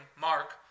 Mark